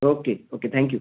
okay okay thank you